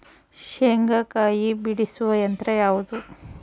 ಶೇಂಗಾಕಾಯಿ ಬಿಡಿಸುವ ಯಂತ್ರ ಯಾವುದು?